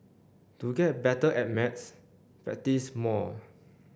to get better at maths practice more